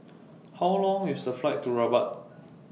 How Long IS The Flight to Rabat